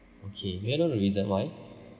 okay may I know the reason why